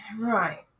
right